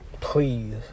please